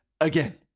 again